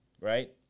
Right